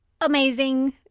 amazing